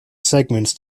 segments